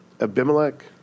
Abimelech